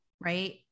Right